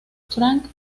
frank